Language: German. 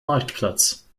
marktplatz